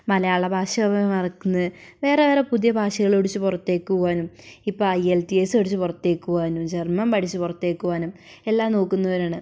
മലയാളഭാഷ നമ്മൾ മറക്കുന്നത് വേറെ വേറെ പുതിയ ഭാഷകൾ പഠിച്ച് പുറത്തേക്ക് പോകാനും ഇപ്പോൾ ഐ എൽ ടി എസ് പഠിച്ച് പുറത്തേക്ക് പോകാനും ജർമ്മൻ പഠിച്ച് പുറത്തേക്ക് പോകാനും എല്ലാം നോക്കുന്നവരാണ്